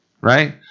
right